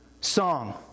song